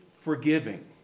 forgiving